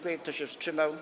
Kto się wstrzymał?